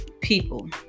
people